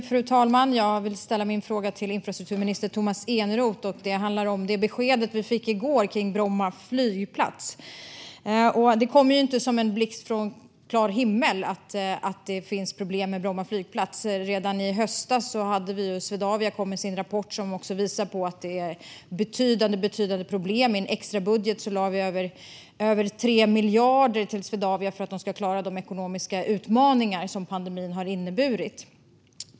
Fru talman! Jag vill ställa min fråga till infrastrukturminister Tomas Eneroth. Den handlar om beskedet vi fick i går om Bromma flygplats. Det kommer inte som en blixt från klar himmel att det finns problem med Bromma flygplats. Redan i höstas kom Swedavia med sin rapport som visar på att det finns betydande problem. I en extrabudget lade vi över 3 miljarder till Swedavia för att de ska klara de ekonomiska utmaningar som pandemin har inneburit.